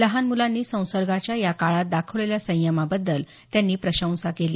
लहान मुलांनी संसर्गाच्या या काळात दाखवलेल्या संयमाबद्दल त्यांनी प्रशंसा केली